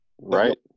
right